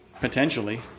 potentially